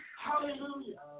Hallelujah